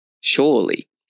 surely